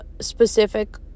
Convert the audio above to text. specific